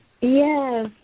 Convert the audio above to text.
Yes